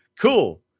cool